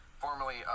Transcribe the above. formerly